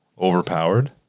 overpowered